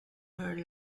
her